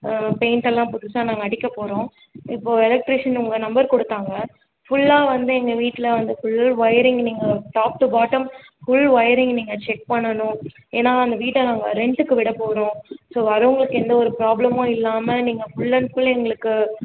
paint எல்லாம் புதுசாக நாங்கள் அடிக்க போகிறோம் இப்போது எலெக்ட்ரிஷன் உங்கள் நம்பர் கொடுத்தாங்க ஃபுல்லாக வந்து இந்த வீட்டில் வந்து ஃபுல் வயரிங் நீங்கள் top to bottom full wiring நீங்கள் செக் பண்ணணும் ஏன்னால் அந்த வீட்டை நாங்கள் ரெண்ட்டுக்கு விட போகிறோம் ஸோ வரவங்களுக்கு எந்த ஒரு ஃப்ராப்ளமும் இல்லாமல் நீங்கள் ஃபுல் அண்ட் ஃபுல் எங்களுக்கு